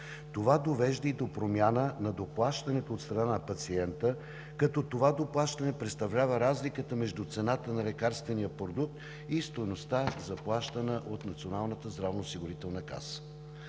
Това довежда и до промяна на доплащането от страна на пациента, като това доплащане представлява разликата между цената на лекарствения продукт и стойността, заплащана от Националната здравноосигурителна каса.